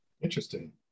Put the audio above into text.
Interesting